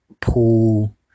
pool